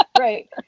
Right